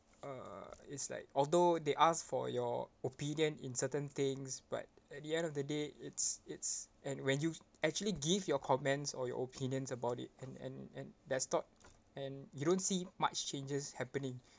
uh it's like although they ask for your opinion in certain things but at the end of the day it's it's and when you actually give your comments or your opinions about it and and and there's thought and you don't see much changes happening